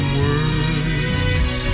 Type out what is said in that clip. words